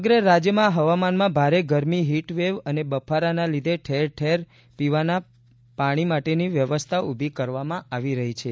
સમગ્ર રાજ્યમાં હવામાનમાં ભારે ગરમી હીટવેવ અને બફારાના લીધે ઠેર ઠેર પાણી માટેની વ્યવસ્થા ઊભી કરવામાં આવી રહી છે